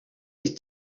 est